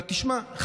אבל תשמע,